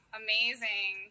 amazing